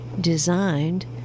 designed